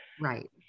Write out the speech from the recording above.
Right